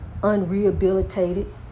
unrehabilitated